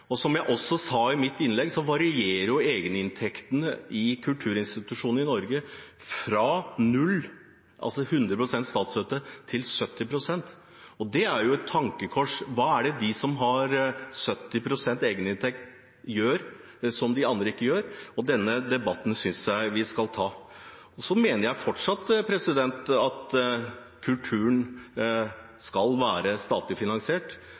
Som jeg også sa i mitt innlegg, varierer egeninntektene i kulturinstitusjonene i Norge fra 0 pst., altså 100 pst. statsstøtte, til 70 pst. Det er et tankekors. Hva er det de som har 70 pst. egeninntekt, gjør, som de andre ikke gjør? Denne debatten synes jeg vi skal ta. Jeg mener fortsatt at kulturen skal være statlig finansiert.